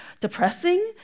depressing